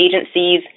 agencies